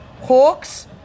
Hawks